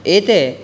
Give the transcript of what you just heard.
एते